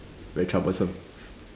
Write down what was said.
very troublesome